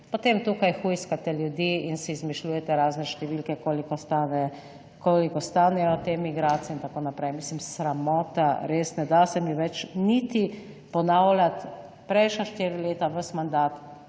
potem tukaj hujskate ljudi in si izmišljujete razne številke, koliko stane, koliko stanejo te migracije in tako naprej. Mislim, sramota, res, ne da se mi več niti ponavljati. Prejšnja štiri leta, ves mandat